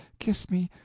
kiss me.